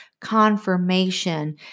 confirmation